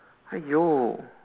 !aiyo!